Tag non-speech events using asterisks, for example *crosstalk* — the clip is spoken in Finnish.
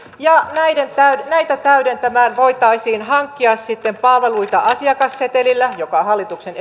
ja näitä täydentämään voitaisiin hankkia palveluita asiakassetelillä joka hallituksen *unintelligible*